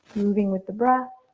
moving with the breath.